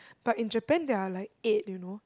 but in Japan there're like eight you know